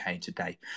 today